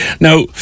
Now